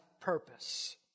purpose